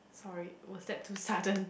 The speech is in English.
sorry was that too sudden